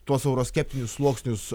tuos euroskeptinius sluoksnius